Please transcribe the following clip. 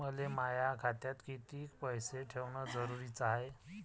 मले माया खात्यात कितीक पैसे ठेवण जरुरीच हाय?